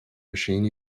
machine